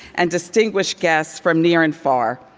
and distinguished guests from near and far.